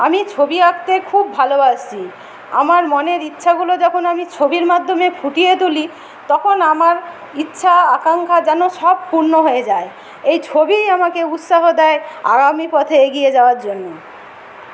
আমি ছবি আঁকতে খুব ভালোবাসি আমার মনের ইচ্ছাগুলো যখন আমি ছবির মাধ্যমে ফুটিয়ে তুলি তখন আমার ইচ্ছা আকাঙ্ক্ষা যেন সব পূর্ণ হয়ে যায় এই ছবিই আমাকে উৎসাহ দেয় আগামী পথে এগিয়ে যাওয়ার জন্য